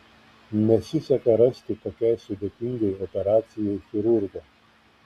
nesiseka rasti tokiai sudėtingai operacijai chirurgo